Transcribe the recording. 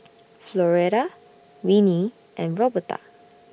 Floretta Winnie and Roberta